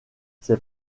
ses